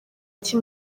iki